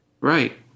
Right